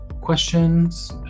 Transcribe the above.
questions